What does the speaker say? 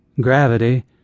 Gravity